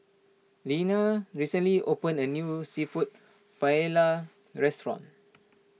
Linnea recently opened a new Seafood Paella restaurant